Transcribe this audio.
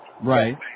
Right